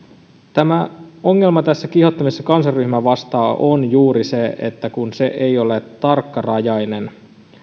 ongelma tässä kiihottamisessa kansanryhmää vastaan on juuri se kun se ei ole tarkkarajainen